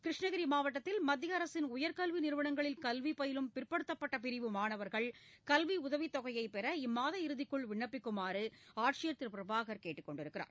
கிருஷ்ணகிரி மாவட்டத்தில் மத்திய அரசின் உயர்கல்வி நிறுவளங்களில் கல்வி பயிலும் பிற்படுத்தப்பட்ட பிரிவு மாணவர்கள் கல்வி உதவித் தொகையை பெற இம்மாத இறுதிக்குள் விண்ணப்பிக்குமாறு ஆட்சியர் திரு பிரபாகர் கேட்டுக் கொண்டுள்ளார்